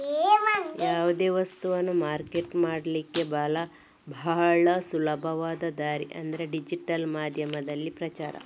ಯಾವುದೇ ವಸ್ತವನ್ನ ಮಾರ್ಕೆಟ್ ಮಾಡ್ಲಿಕ್ಕೆ ಭಾಳ ಸುಲಭದ ದಾರಿ ಅಂದ್ರೆ ಡಿಜಿಟಲ್ ಮಾಧ್ಯಮದಲ್ಲಿ ಪ್ರಚಾರ